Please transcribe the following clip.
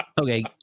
Okay